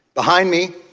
behind me,